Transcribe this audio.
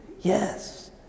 Yes